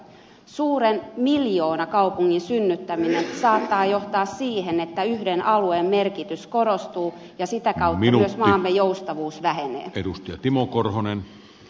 suuren miljoonakaupungin synnyttäminen saattaa johtaa siihen että yhden alueen merkitys korostuu ja sitä kautta myös maamme joustavuus vähenee